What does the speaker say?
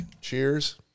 Cheers